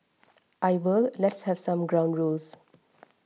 I will let's have some ground rules